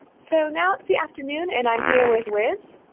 so, now it's the afternoon and i'm here with wiz.